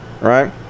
right